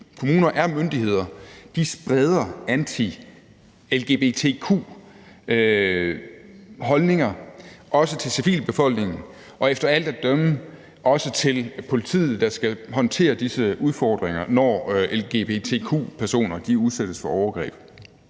kommuner er myndigheder – spreder anti-lgbtq-holdninger til civilbefolkningen og efter alt at dømme også til politiet, der skal håndtere disse udfordringer, når lgbtq-personer udsættes for overgreb.